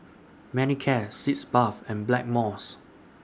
Manicare Sitz Bath and Blackmores